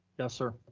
yes sir,